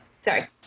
sorry